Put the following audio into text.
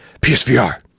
PSVR